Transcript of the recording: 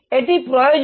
এটি প্রয়োজন